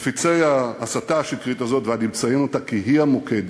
מפיצי ההסתה השקרית הזאת ואני מציין אותה כי היא המוקד,